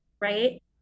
right